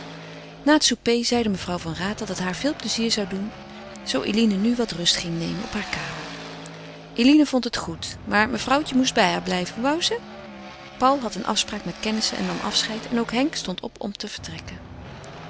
na het souper zeide mevrouw van raat dat het haar veel pleizier zou doen zoo eline nu wat rust ging nemen op hare kamer eline vond het goed maar mevrouwtje moest bij haar blijven wou ze paul had een afspraak met kennissen en nam afscheid en ook henk stond op om te vertrekken